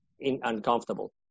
uncomfortable